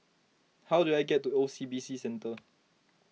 how do I get to O C B C Centre